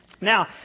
Now